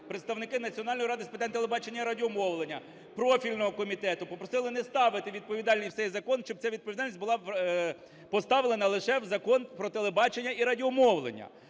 представники Національної ради з питань телебачення і радіомовлення, профільного комітету попросили не ставити відповідальність в цей закон, щоб ця відповідальність була поставлена лише в Закон "Про телебачення і радіомовлення".